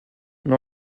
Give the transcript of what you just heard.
mais